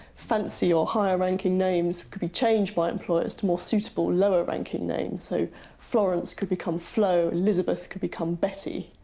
fancy or higher-ranking names could be changed by employers to more suitable lower-ranking names, so florence could become flo, elizabeth could become betty.